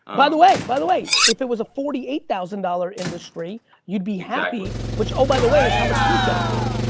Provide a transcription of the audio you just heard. by the way, by the way! if it was a forty eight thousand dollars industry exactly. you'd be happy, which oh, by the way, is how much she's getting paid.